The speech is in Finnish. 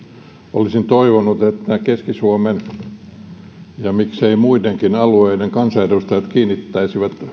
olisin toivonut että keski suomen ja miksei muidenkin alueiden kansanedustajat kiinnittäisivät